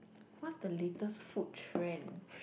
what's the latest food trend